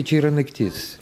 čia yra naktis